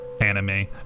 anime